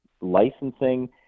licensing